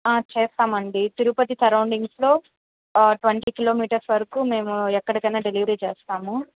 ఆ చేస్తామండీ తిరుపతి సర్రౌండింగ్స్లో ట్వంటీ కిలోమీటర్స్ వరకు మేము ఎక్కడికన్నా డెలివరీ చేస్తాము